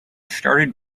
started